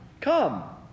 come